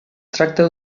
tracta